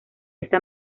esta